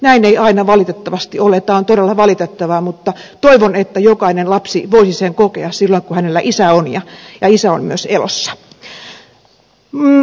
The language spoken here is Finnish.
näin ei aina valitettavasti ole tämä on todella valitettavaa mutta toivon että jokainen lapsi voisi sen kokea silloin kun hänellä isä on ja isä on myös elossa